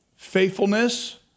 Faithfulness